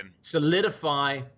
solidify